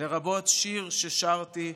לרבות שיר ששרתי,